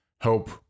help